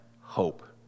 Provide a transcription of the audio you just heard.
hope